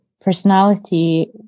personality